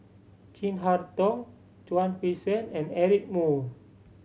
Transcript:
Chin Harn Tong Chuang Hui Tsuan and Eric Moo